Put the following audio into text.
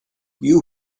you